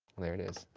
there it is.